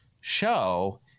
show